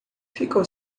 ficou